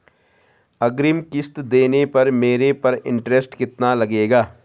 अग्रिम किश्त देने पर मेरे पर इंट्रेस्ट कितना लगेगा?